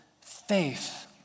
faith